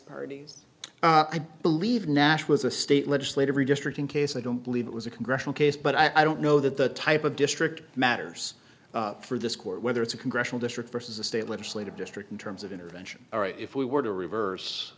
parties i believe nash was a state legislative redistricting case i don't believe it was a congressional case but i don't know that the type of district matters for this court whether it's a congressional district versus a state legislative district in terms of intervention all right if we were to reverse